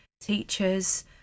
teachers